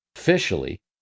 Officially